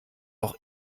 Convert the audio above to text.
auch